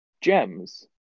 gems